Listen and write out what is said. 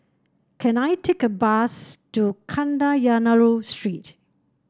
can I take a bus to Kadayanallur Street